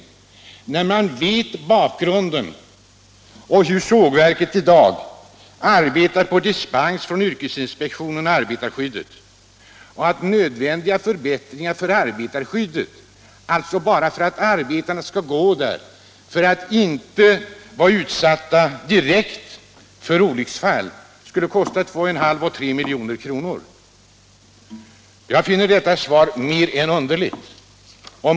Detta säger han mot bakgrund av att sågverket i dag arbetar på dispens från yrkesinspektionen och arbetarskyddet och att nödvändiga förbättringar för arbetarskyddet för att arbetarna inte skall vara direkt utsatta för olycksfallsrisker skulle kosta 2,5 till 3 milj.kr. Jag finner detta svar mer än underligt.